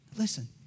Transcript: Listen